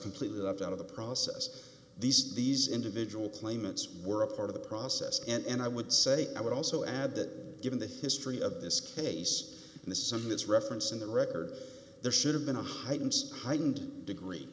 completely left out of the process these these individual claimants were a part of the process and i would say i would also add that given the history of this case and this something is referenced in the record there should have been a heightened heightened degree